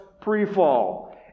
pre-fall